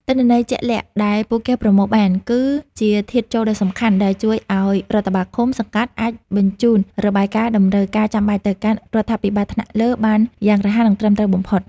ទិន្នន័យជាក់លាក់ដែលពួកគេប្រមូលបាន គឺជាធាតុចូលដ៏សំខាន់ដែលជួយឱ្យរដ្ឋបាលឃុំ-សង្កាត់ អាចបញ្ជូនរបាយការណ៍តម្រូវការចាំបាច់ទៅកាន់រដ្ឋាភិបាលថ្នាក់លើបានយ៉ាងរហ័ស និងត្រឹមត្រូវបំផុត។